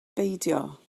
beidio